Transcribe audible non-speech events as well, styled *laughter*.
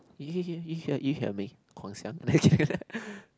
you you you you hear you hear me Guang-Xiang *laughs*